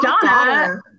Donna-